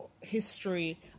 history